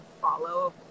follow